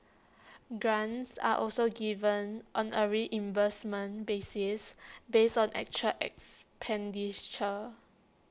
grants are also given on A reimbursement basis based on actual expenditure